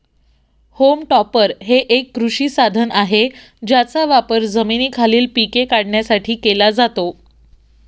home टॉपर हे एक कृषी साधन आहे ज्याचा वापर जमिनीखालील पिके काढण्यासाठी केला जातो